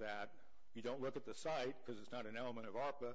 that you don't look at the site because it's not an element of oppa